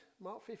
Mark